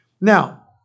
Now